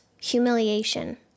humiliation